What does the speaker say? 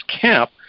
camp